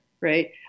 Right